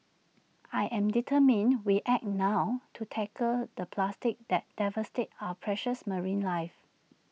I am determined we act now to tackle the plastic that devastates our precious marine life